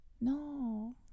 No